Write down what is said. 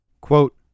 Quote